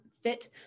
fit